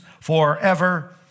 forever